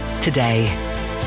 Today